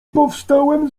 powstałem